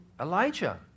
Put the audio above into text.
Elijah